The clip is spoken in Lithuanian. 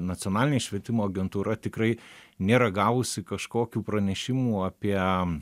nacionalinė švietimo agentūra tikrai nėra gavusi kažkokių pranešimų apie